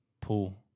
Pool